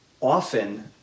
often